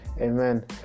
Amen